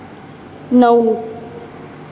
नऊ